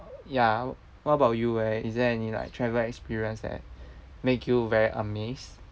ya what about you eh is there any like travel experience that make you very amazed